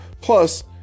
plus